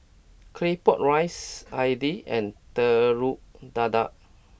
Claypot Rice Idly and Telur Dadah